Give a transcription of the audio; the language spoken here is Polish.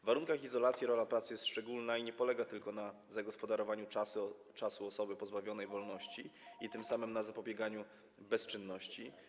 W warunkach izolacji rola pracy jest szczególna i nie polega tylko na zagospodarowaniu czasu osoby pozbawionej wolności i tym samym na zapobieganiu bezczynności.